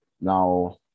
Now